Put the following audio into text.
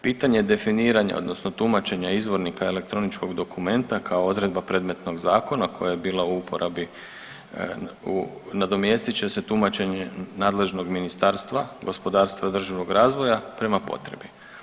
Pitanje definiranja odnosno tumačenja izvornika elektroničkog dokumenta kao odredba predmetnog zakona koja je bila u uporabi nadomjestit će se tumačenjem nadležnog Ministarstva gospodarstva i održivog razvoja prema potrebi.